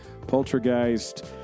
Poltergeist